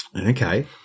Okay